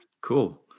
Cool